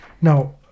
Now